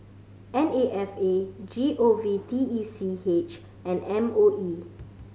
N A F A G O V T E C H and M O E